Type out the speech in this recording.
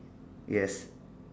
yes